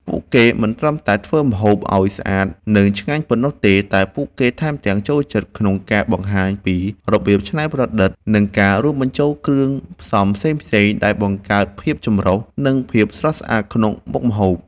ពួកគេមិនត្រឹមតែធ្វើម្ហូបឲ្យស្អាតនិងឆ្ងាញ់ប៉ុណ្ណោះទេ តែពួកគេថែមទាំងចូលចិត្តក្នុងការបង្ហាញពីរបៀបច្នៃប្រឌិត និងការរួមបញ្ចូលគ្រឿងផ្សំផ្សេងៗដែលបង្កើតភាពចម្រុះ និងភាពស្រស់ស្អាតក្នុងមុខម្ហូប។